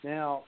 Now